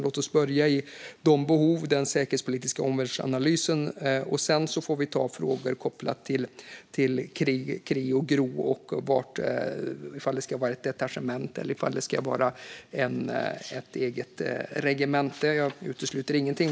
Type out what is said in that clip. Låt oss börja med behoven i den säkerhetspolitiska analysen. Sedan får vi ta frågor kopplade till krigs och grundorganisationen och om det ska vara ett detachement eller ett eget regemente. Jag utesluter ingenting.